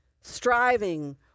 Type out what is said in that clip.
striving